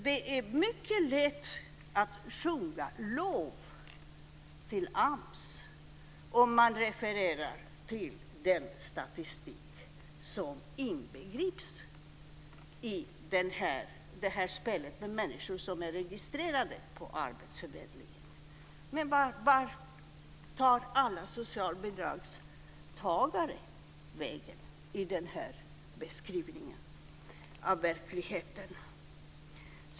Det är mycket lätt att sjunga lov till AMS om man refererar till den statistik som inbegrips i det här spelet med människor som är registrerade på arbetsförmedlingen. Men vart tar alla socialbidragstagare vägen i den här beskrivningen av verkligheten?